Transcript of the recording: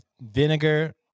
vinegar